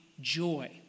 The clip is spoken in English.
joy